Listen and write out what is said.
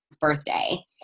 birthday